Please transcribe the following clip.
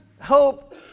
hope